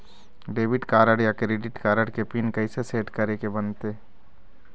Debit card या credit card के pin कइसे सेट करे के बनते?